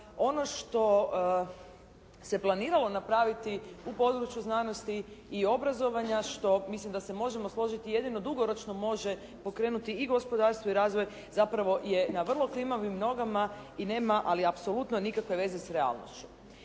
ono što se planiralo napraviti u području znanosti i obrazovanja što mislim da se možemo složiti jedino dugoročno može pokrenuti i gospodarstvo i razvoj zapravo je na vrlo klimavim nogama i nema ali apsolutno nikakve veze s realnošću.